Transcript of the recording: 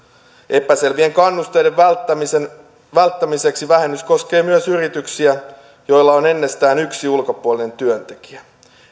epäselvien kannusteiden välttämiseksi välttämiseksi vähennys koskee myös yrityksiä joilla on ennestään yksi ulkopuolinen työntekijä